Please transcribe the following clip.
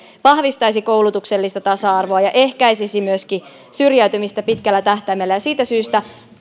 vahvistaisi koulutuksellista tasa arvoa ja ehkäisisi myöskin syrjäytymistä pitkällä tähtäimellä ja siitä syystä